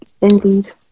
indeed